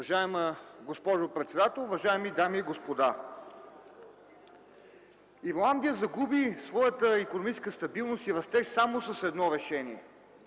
Уважаема госпожо председател, уважаеми дами и господа! Ирландия загуби своята икономическа стабилност и растеж само с едно решение.